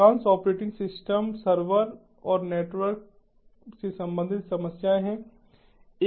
अधिकांश operating system server और network से संबंधित समस्याएँ हैं